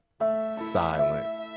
silent